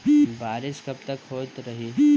बरिस कबतक होते रही?